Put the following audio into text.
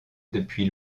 depuis